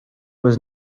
was